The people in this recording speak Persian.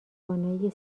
توانایی